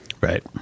Right